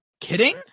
kidding